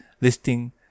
listing